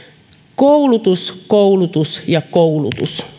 koulutus koulutus ja koulutus